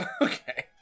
Okay